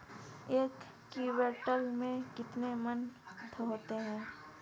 एक क्विंटल में कितने मन होते हैं?